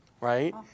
Right